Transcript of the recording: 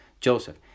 Joseph